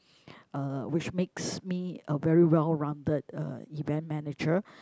uh which makes me a very well rounded uh event manager